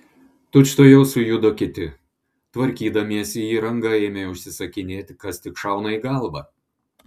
tučtuojau sujudo kiti tvarkydamiesi įrangą ėmė užsisakinėti kas tik šauna į galvą